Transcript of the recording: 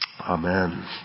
Amen